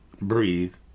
breathe